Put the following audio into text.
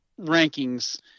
rankings